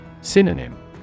Synonym